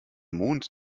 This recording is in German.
mond